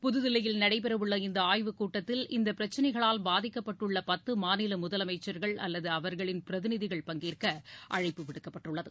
புதுதில்லியில் நடைபெறவுள்ள இந்த ஆய்வுக் கூட்டத்தில் இந்தப் பிரச்னைகளால் பாதிக்கப்பட்டுள்ள பத்து மாநில முதலமைச்சர்கள் அல்லது அவர்களின் பிரதிநிதிகள் பங்கேற்க அழைப்பு விடுக்கப்பட்டுள்ளது